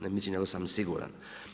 Ne mislim nego sam i siguran.